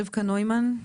רבקה נוימן,